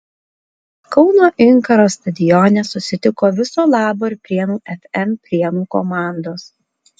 kauno inkaro stadione susitiko viso labo ir prienų fm prienų komandos